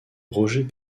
roger